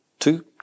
Two